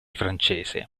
francese